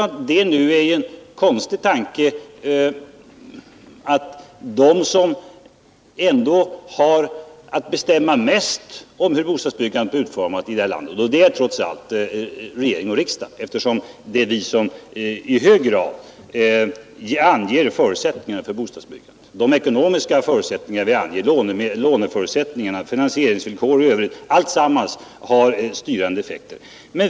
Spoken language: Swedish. Det är nu en konstig tanke, ty de som har att bestämma mest om hur bostadsbyggandet bör utformas i landet är ju trots allt regering och riksdag. De ekonomiska villkor vi anger, låneregler, finansieringsvillkoren etc., alltsammans har styrande effekter.